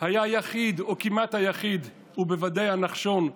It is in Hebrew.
הוא היה יחיד, או כמעט היחיד, ובוודאי הנחשון,